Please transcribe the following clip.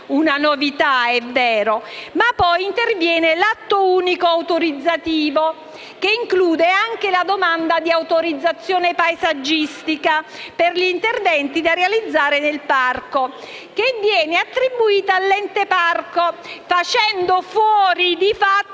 (una novità è vero), ma poi interviene l'atto unico autorizzativo che include anche la domanda di autorizzazione paesaggistica per gli interventi da realizzare nel parco, che viene attribuita all'Ente parco, facendo fuori di fatto